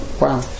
wow